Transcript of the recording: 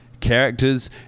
characters